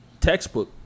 textbook